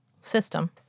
system